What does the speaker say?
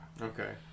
Okay